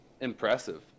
impressive